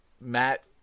Matt